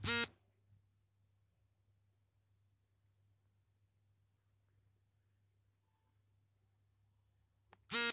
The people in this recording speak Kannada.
ರೈತ್ರು ನಮ್ ದೇಶದ್ ಬೆನ್ನೆಲ್ಬು ಇವ್ರು ಬೆಳೆ ಬೇಳಿದೆ ಹೋದ್ರೆ ನಮ್ ದೇಸ ಮುಂದಕ್ ಹೋಗಕಿಲ್ಲ